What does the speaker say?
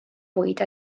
bwyd